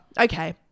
Okay